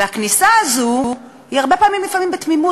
והכניסה הזאת היא הרבה פעמים בתמימות,